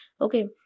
Okay